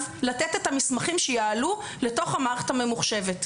לתת את המסמכים שיעלו למערכת הממוחשבת.